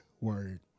word